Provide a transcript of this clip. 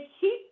keep